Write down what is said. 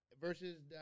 versus